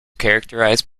characterized